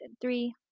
three